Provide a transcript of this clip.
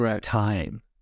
time